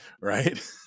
right